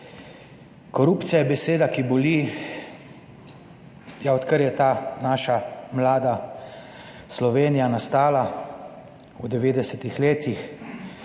Korupcija je beseda, ki boli, ja, odkar je ta naša mlada Slovenija nastala v 90 letih,